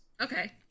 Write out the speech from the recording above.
Okay